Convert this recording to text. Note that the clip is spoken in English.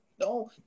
No